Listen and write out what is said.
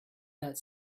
that